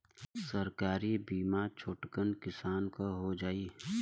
सरकारी बीमा छोटकन किसान क हो जाई?